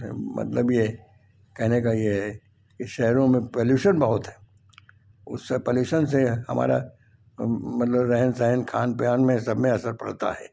मतलब ये कहने का ये है शहरों में पॉल्यूशन बहुत है उसे पॉल्यूशन से हमारा मतलब रहन सहन खान पान सब में असर पड़ता है